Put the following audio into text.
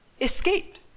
escaped